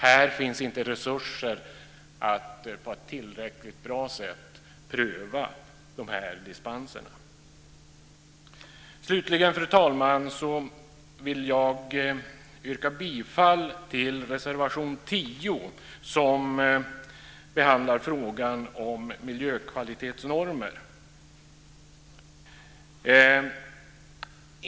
Här finns inte resurser att på ett tillräckligt bra sätt pröva dispenserna. Slutligen, fru talman, vill jag yrka bifall till reservation 10, som behandlar frågan om miljökvalitetsnormer.